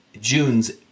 june's